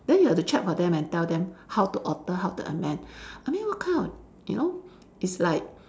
then you have to check for them and tell them how to alter how to amend I mean what kind of you know it's like